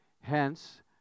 hence